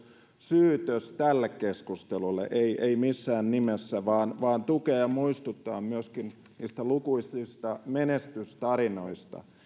syytös tälle keskustelulle ei missään nimessä vaan tarkoituksena oli tukea ja muistuttaa myöskin niistä lukuisista menestystarinoista